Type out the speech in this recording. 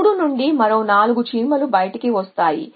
గూడు నుండి మరో 4 చీమలు బయటకు వస్తాయి